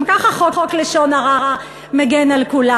גם ככה חוק לשון הרע מגן על כולם.